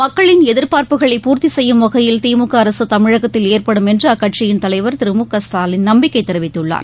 மக்களின் எதிர்பார்ப்புகளை பூர்த்திசெய்யும் வகையில் திமுகஅரசுதமிழகத்தில் எற்படும் என்றுஅக்கட்சியின் தலைவர் திரு மு க ஸ்டாலின் நம்பிக்கைதெரிவித்துள்ளார்